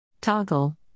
Toggle